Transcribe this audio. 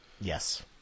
Yes